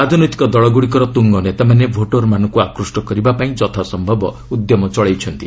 ରାଜନୈତିକ ଦଳଗୁଡ଼ିକର ତୁଙ୍ଗ ନେତାମାନେ ଭୋଟର୍ମାନଙ୍କ ଆକୃଷ୍ଟ କରିବାପାଇଁ ଯଥାସ୍ୟବ ଉଦ୍ୟମ ଚଳାଇଛନ୍ତି